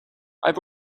have